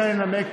תעלה לנמק.